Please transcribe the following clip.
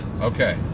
Okay